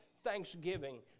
thanksgiving